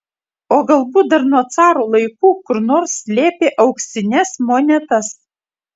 o galbūt dar nuo caro laikų kur nors slėpė auksines monetas